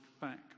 back